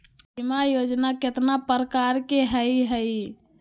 बीमा योजना केतना प्रकार के हई हई?